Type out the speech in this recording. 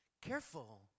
Careful